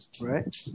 Right